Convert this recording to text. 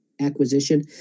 acquisition